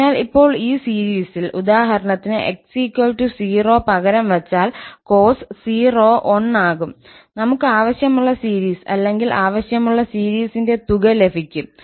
അതിനാൽ ഇപ്പോൾ ഈ സീരീസിൽ ഉദാഹരണത്തിന് 𝑥 0 പകരം വച്ചാൽ cos 0 1 ആകും നമുക്ക് ആവശ്യമുള്ള സീരീസ് അല്ലെങ്കിൽ ആവശ്യമുള്ള സീരീസിന്റെ തുക ലഭിക്കും